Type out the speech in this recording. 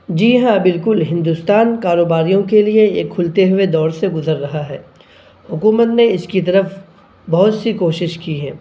جی ہاں بالکل ہندوستان کاروباریوں کے لیے ایک کھلتے ہوئے دور سے گزر رہا ہے حکومت نے اس کی طرف بہت سی کوشش کی ہے